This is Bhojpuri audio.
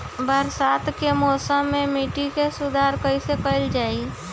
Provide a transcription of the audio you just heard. बरसात के मौसम में मिट्टी के सुधार कईसे कईल जाई?